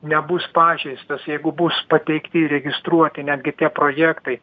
nebus pažeistas jeigu bus pateikti įregistruoti netgi tie projektai